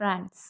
France